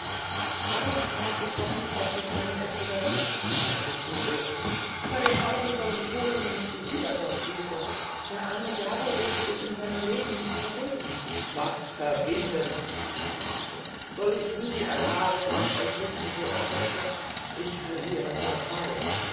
darum weiß ich doch nicht ob sie drinnen ist oder nicht sagte diego aber der teufel soll mich holen wenn ich sie wieder dort suche der arme jago wird es in seinem leben nicht verwinden was verwinden fragte manfred soll ich nie erfahren was euch lumpen so erschreckt hat ich verliere nur zeit